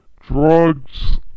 Drugs